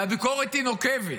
והביקורת היא נוקבת,